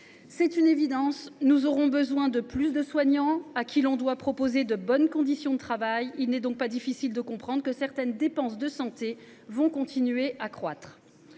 C’est une évidence : nous aurons besoin de plus de soignants, à qui nous devrons proposer de bonnes conditions de travail. Il n’est donc pas difficile de comprendre que certaines dépenses de santé continueront de croître.